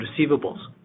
receivables